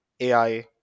AI